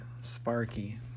Sparky